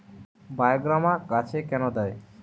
বায়োগ্রামা গাছে কেন দেয়?